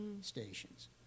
stations